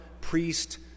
priest